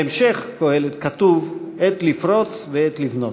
בהמשך קהלת כתוב: "עת לפרוץ ועת לבנות"